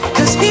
Cause